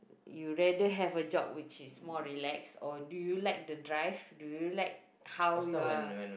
you'd rather have a job which is more relaxed or do you like the drive do you like how you are